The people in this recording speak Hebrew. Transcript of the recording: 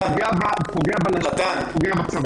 זה פוגע בנשים ופוגע בצבא.